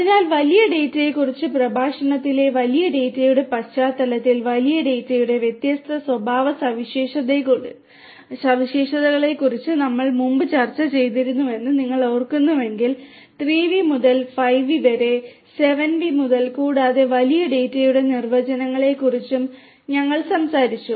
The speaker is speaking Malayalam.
അതിനാൽ വലിയ ഡാറ്റയെക്കുറിച്ചുള്ള പ്രഭാഷണത്തിലെ വലിയ ഡാറ്റയുടെ പശ്ചാത്തലത്തിൽ വലിയ ഡാറ്റയുടെ വ്യത്യസ്ത സ്വഭാവസവിശേഷതകളെക്കുറിച്ച് ഞങ്ങൾ മുമ്പ് ചർച്ച ചെയ്തിരുന്നുവെന്ന് നിങ്ങൾ ഓർക്കുന്നുവെങ്കിൽ 3 V മുതൽ 5 V വരെ 7 V യും കൂടാതെ വലിയ ഡാറ്റയുടെ നിർവചനങ്ങളെക്കുറിച്ചും ഞങ്ങൾ സംസാരിച്ചു